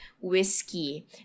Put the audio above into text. whiskey